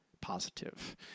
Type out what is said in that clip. positive